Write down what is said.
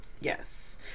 Yes